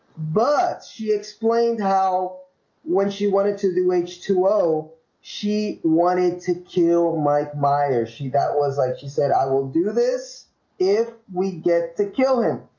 but she explained how when she wanted to do h two o she wanted to kill mike meyer. she that was like she said i will do this if we get to kill him